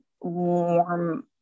warm